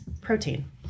protein